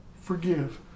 forgive